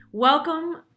Welcome